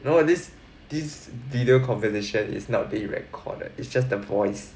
you know this this video conversation is not being recorded it's just the voice